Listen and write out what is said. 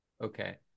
okay